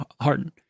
Harden